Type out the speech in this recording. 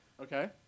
Okay